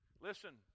Listen